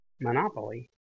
Monopoly